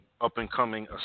up-and-coming